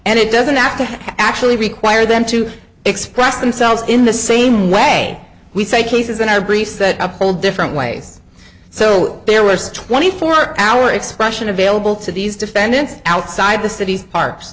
and it doesn't have to actually require them to express themselves in the same way we say cases and i briefs that a whole different ways so there was twenty four hour expression available to these defendants outside the city's parks